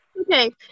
Okay